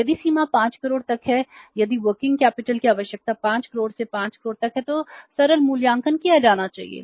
यदि सीमा 5 करोड़ तक है यदि कार्यशील पूंजी की आवश्यकता 5 करोड़ से 5 करोड़ तक है तो सरल मूल्यांकन किया जाना चाहिए